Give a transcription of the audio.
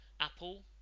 Apple